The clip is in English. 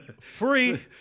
Free